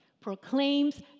proclaims